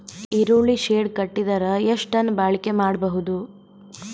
ಈರುಳ್ಳಿ ಶೆಡ್ ಕಟ್ಟಿದರ ಎಷ್ಟು ಟನ್ ಬಾಳಿಕೆ ಮಾಡಬಹುದು?